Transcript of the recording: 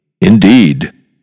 Indeed